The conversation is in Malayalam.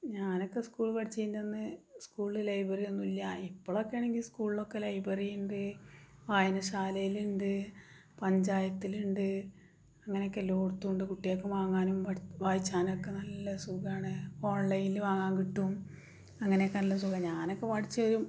ഞാനൊക്ക സ്കൂളിൽ പടിച്ചതിൻ്റെ അന്ന് സ്കൂള് ലൈബ്രറി ഒന്നുമില്ല ഇപ്പോഴൊക്കെയാണെങ്കിൽ സ്കൂളിലൊക്കെ ലൈബറി ഉണ്ട് വായനശാലയിലുണ്ട് പഞ്ചായത്തിലുണ്ട് അങ്ങനെ ഒക്കെ എല്ലോത്തുവുണ്ട് കുട്ടികൾക്ക് വാങ്ങാനും പടി വായിക്കാനുമൊക്കെ നല്ല സുഖമാണ് ഓൺലൈനിൽ വാങ്ങാൻ കിട്ടും അങ്ങനെ ഒക്കെ നല്ല സുഖമാണ് ഞാനൊക്കെ പഠിച്ച ഒരു